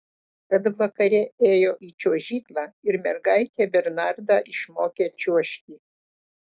kad vakare ėjo į čiuožyklą ir mergaitė bernardą išmokė čiuožti